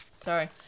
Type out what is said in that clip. Sorry